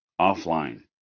offline